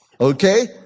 Okay